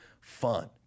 fun